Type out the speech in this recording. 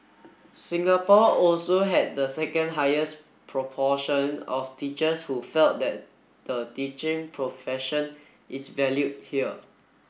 Singapore also had the second highest proportion of teachers who felt that the teaching profession is valued here